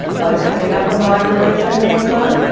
what's coming up on the library roadshow next month?